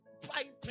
Fighting